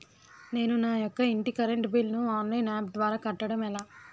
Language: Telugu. నేను నా యెక్క ఇంటి కరెంట్ బిల్ ను ఆన్లైన్ యాప్ ద్వారా కట్టడం ఎలా?